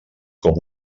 com